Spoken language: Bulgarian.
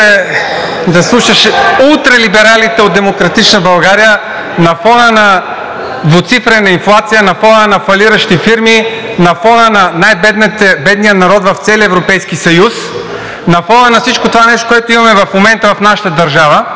да слушаш ултралибералите от „Демократична България“ на фона на двуцифрена инфлация, на фона на фалиращи фирми, на фона на най-бедния народ в целия Европейски съюз, на фона на всичкото това нещо, което имаме в момента в нашата държава,